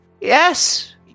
Yes